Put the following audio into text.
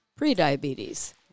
prediabetes